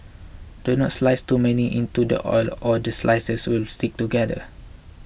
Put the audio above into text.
do not slice too many into the oil or the slices will stick together